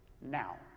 now